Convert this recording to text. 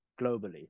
globally